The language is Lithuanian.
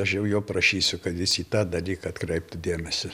aš jau jo prašysiu kad jis į tą dalyką atkreiptų dėmesį